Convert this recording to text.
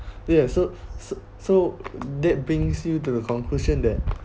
ya so so so that brings you to the conclusion that